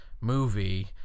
movie